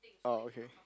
oh okay